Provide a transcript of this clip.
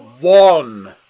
one